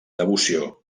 devoció